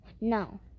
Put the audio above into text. no